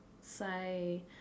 say